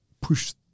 push